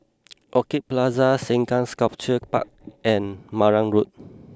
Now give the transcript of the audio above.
Orchid Plaza Sengkang Sculpture Park and Marang Road